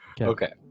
okay